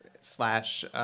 slash